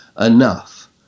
enough